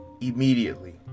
immediately